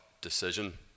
decision